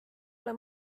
ole